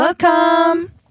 Welcome